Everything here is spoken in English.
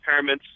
impairments